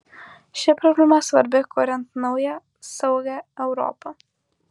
ši problema svarbi kuriant naują saugią europą